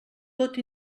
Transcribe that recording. tot